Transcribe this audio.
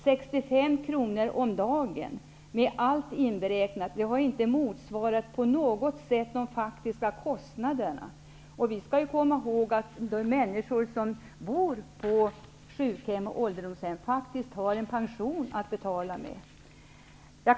65 kr om dagen med allt inberäknat har inte på något sätt motsvarat de faktiska kostnaderna. Vi skall komma ihåg att människor som bor på sjukhem och ålderdomshem faktiskt har en pension att betala med.